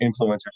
influencers